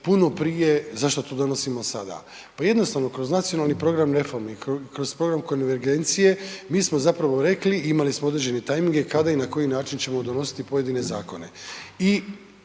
puno prije, zašto to donosimo sada. Pa jednostavno, kroz nacionalni program reformi, kroz program konvergencije, mi smo zapravo rekli i imali smo određene tajminge kada i na koji način ćemo donositi pojedine zakone.